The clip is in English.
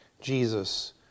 Jesus